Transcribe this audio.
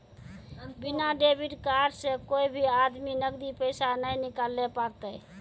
बिना debit card से कोय भी आदमी नगदी पैसा नाय निकालैल पारतै